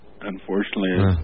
unfortunately